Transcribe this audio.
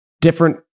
different